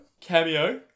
Cameo